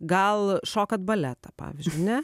gal šokat baletą pavyzdžiui ne